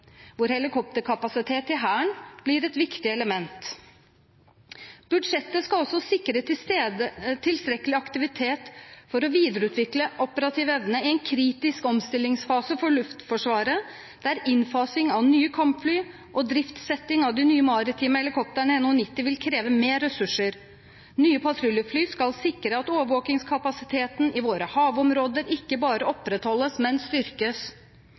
hvor helikopterkapasitet til Hæren blir et viktig element. Budsjettet skal også sikre tilstrekkelig aktivitet for å videreutvikle operativ evne i en kritisk omstillingsfase for Luftforsvaret, der innfasing av nye kampfly og driftssetting av de nye maritime helikoptrene NH90 vil kreve mer ressurser. Nye patruljefly skal sikre at overvåkingskapasiteten i våre havområder ikke bare opprettholdes, men styrkes.